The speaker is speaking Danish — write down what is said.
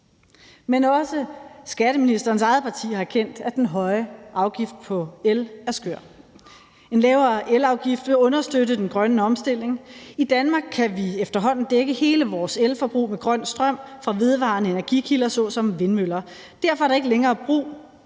Men også skatteministerens eget parti har erkendt, at den høje afgift på el er skør. »En lavere elafgift vil understøtte den grønne omstilling. I Danmark kan vi efterhånden dække hele vores elforbrug med grøn strøm fra vedvarende energikilder såsom vindmøller. Derfor er der ikke længere grund